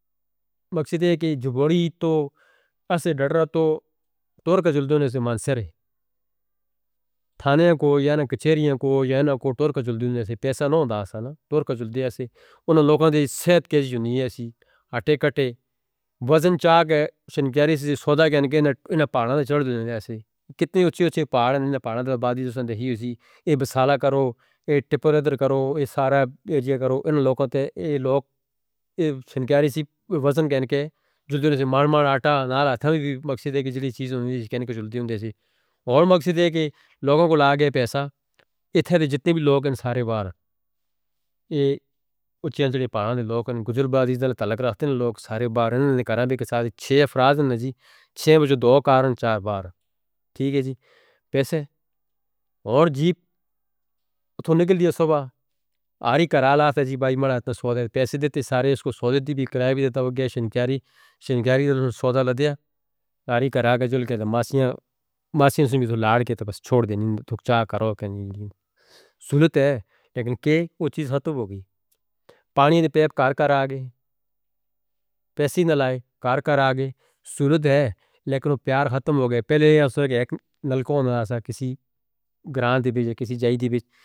مقصد ہے کہ جبڑی تو ایسے ڈر رہا تو توڑ کر جلدونے سے مانسہرے۔ تھانے کو یا نہ کچھیریوں کو یا نہ کو توڑ کر جلدونے سے پیسہ نہ آدھا آسا نہ۔ توڑ کر جلدوے سے ان لوگوں دی صحت کیجئے جونی ہے سی۔ اٹے کٹے وزن چاک ہے۔ شنکھیری سے سودا گین کے ان پاندھ چڑھ دندے ہیں۔ کتنی اچھی اچھی پاندھ ہیں۔ ان پاندھ تے لاپادی دندے ہی ہو سی۔ یہ بسالہ کرو۔ یہ ٹپڑ ادھر کرو۔ یہ سارا ایڈیا کرو۔ ان لوگوں تے یہ لوگ شنکھیری سے وزن گین کے۔ جڑ جڑ سے مار مار آٹا نال آتا ہوئے دی مقصد ہے کہ جلی چیز ہونے دی۔ جڑ جڑ سے کر دی ہونے دی۔ اور مقصد ہے کہ لوگوں کو لائے پیسہ۔ اتھیں جتنی بھی لوگ ہیں سارے بار۔ یہ اچھے ان سے پاندھ کے لوگ ہیں۔ گزر بازیدل تعلق راستے ہیں۔ لوگ سارے بار ہیں۔ ان کے کاراں بھی کساد چھے افراد ہیں۔ چھے بجو دو کاروں چار بار۔ پیسے۔ اور جیب۔ اتھوں نکل دی ہے صبح۔ آری کراہا لاتے ہیں۔ بھائی مارا تھا سودا گیا۔ پیسے دیتے ہیں۔ سارے اس کو سودے دی بھی کرائے بھی دیتا ہے۔ شنکھیری دلوں سودا لے دیا۔ آری کراہا کے جلکے۔ مسیاں سن بھی تو لاد کے تو بس چھوڑ دی۔ تھک چائے کرو۔ صورت ہے لیکن کہ ایک چیز ختم ہو گی۔ پانی دے پیپ کار کر آ گئے۔ پیسے نہ لائے کار کر آ گئے۔ صورت ہے لیکن وہ پیار ختم ہو گئے۔ پہلے یہ ایسا ہے کہ ایک نلکوں نہ تھا کسی گران دی بیج۔ کسی جائی دی بیج.